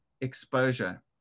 exposure